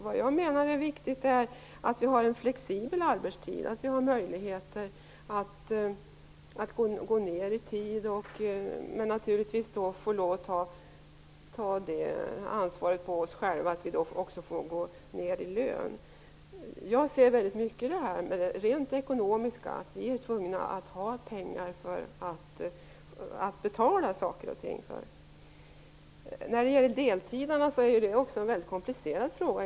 Vad jag menar är viktigt är att ha en flexibel arbetstid, att vi har möjlighet att gå ner i tid men naturligtvis då får lov att ta det ansvaret på oss själva att vi också får gå ner i lön. Jag ser väldigt mycket till det rent ekonomiska. Vi är tvungna att ha pengar till att betala saker och ting med. Frågan om deltidarna är egentligen väldigt komplicerad.